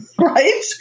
Right